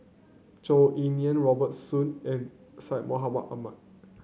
Zhou Ying Nan Robert Soon and Syed Mohamed Ahmed